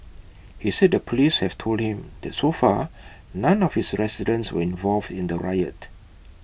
he said the Police have told him that so far none of his residents were involved in the riot